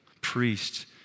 priest